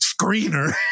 screener